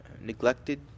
neglected